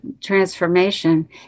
transformation